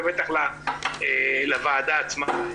ובטח את הוועדה עצמה,